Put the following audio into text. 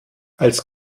als